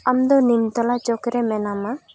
ᱟᱢᱫᱚ ᱱᱤᱢᱛᱚᱞᱟ ᱪᱚᱠᱨᱮ ᱢᱮᱱᱟᱢᱟ